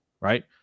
right